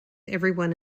everyone